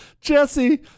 Jesse